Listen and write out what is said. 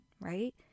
right